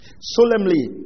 Solemnly